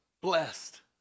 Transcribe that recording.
blessed